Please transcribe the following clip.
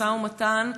משא-ומתן.